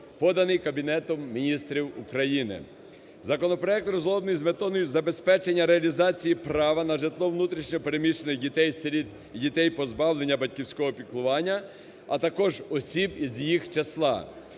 поданий Кабінетом Міністрів України. Законопроект розроблений з метою забезпечення реалізації права на житло внутрішньо переміщених дітей-сиріт і дітей, позбавлених батьківського піклування, а також осіб із їх числа.